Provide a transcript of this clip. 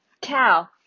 Cow